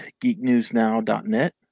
geeknewsnow.net